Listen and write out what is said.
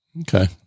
Okay